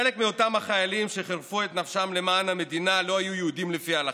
חלק מאותם החיילים שחירפו את נפשם למען המדינה לא היו יהודים לפי ההלכה,